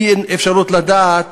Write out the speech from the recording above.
אין אפשרות לדעת